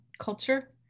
culture